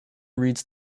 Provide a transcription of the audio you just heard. reads